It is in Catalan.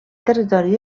territori